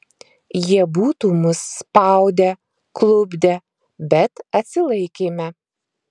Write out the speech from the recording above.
jie būtų mus spaudę klupdę bet atsilaikėme